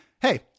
hey